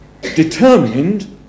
determined